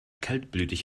kaltblütig